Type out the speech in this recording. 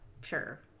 sure